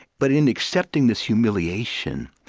but in accepting this humiliation,